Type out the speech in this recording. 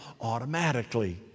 automatically